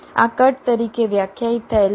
આ કટ તરીકે વ્યાખ્યાયિત થયેલ છે